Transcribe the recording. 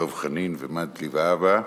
דב חנין ומגלי והבה.